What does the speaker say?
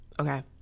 okay